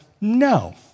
no